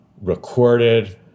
recorded